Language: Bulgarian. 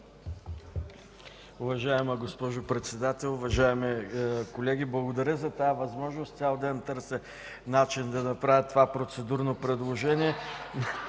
Уважаема госпожо Председател, уважаеми колеги! Благодаря за тази възможност. Цял ден търся начин да направя това процедурно предложение.